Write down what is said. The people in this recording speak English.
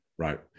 Right